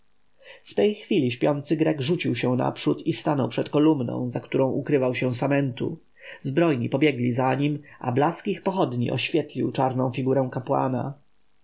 w tej chwili śpiący grek rzucił się naprzód i stanął przed kolumną za którą ukrywał się samentu zbrojni pobiegli za nim a blask ich pochodni oświetlił czarną figurę kapłana